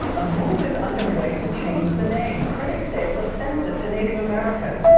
a move is underway to change the name. critics say it's offensive to native americans.